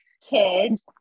kids